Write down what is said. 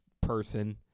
person